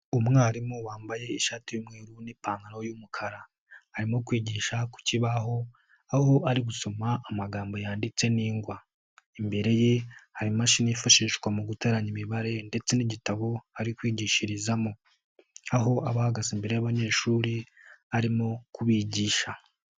Umwarimu wambaye ishati y'umweru n'ipantaro y'umukara arimo kwigisha ku kibaho aho ari gusoma amagambo yanditse n'ingwa, imbere ye hari imashini yifashishwa mu guteranya imibare ndetse n'igitabo ari kwigishirizamo, aho aba ahagaze imbere y'abanyeshuri arimo kubigisha.